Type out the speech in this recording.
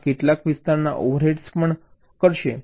તેથી આકેટલાક વિસ્તારના ઓવરહેડ્સ પણ કરશે